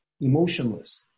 emotionless